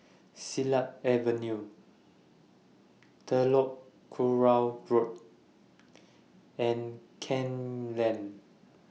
Silat Avenue Telok Kurau Road and Kew Lane